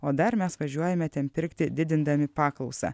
o dar mes važiuojame ten pirkti didindami paklausą